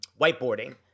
whiteboarding